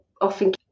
often